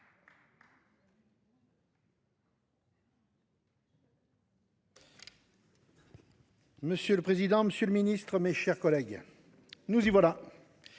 Monsieur le président, Monsieur le Ministre, mes chers collègues. Nous y voilà.